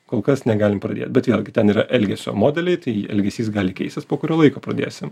kol kas negalim pradėt bet vėlgi ten yra elgesio modeliai tai elgesys gali keistis po kurio laiko pradėsim